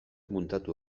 muntatu